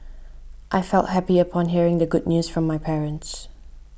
I felt happy upon hearing the good news from my parents